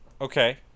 Okay